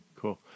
cool